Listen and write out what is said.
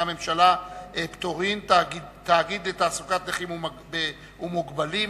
הממשלה (פטורין) (תאגיד לתעסוקת נכים ומוגבלים),